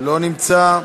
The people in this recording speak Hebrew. לא נמצא,